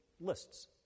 lists